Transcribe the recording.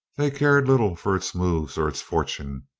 they cared little for its moves or its fortune,